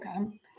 okay